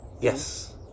Yes